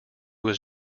was